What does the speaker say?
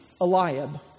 Eliab